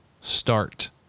start